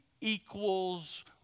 equals